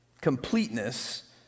Completeness